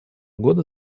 года